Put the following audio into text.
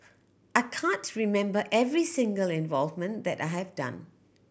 I can't remember every single involvement that I have done